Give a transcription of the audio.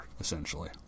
essentially